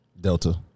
Delta